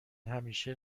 همیشه